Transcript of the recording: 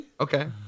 Okay